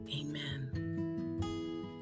Amen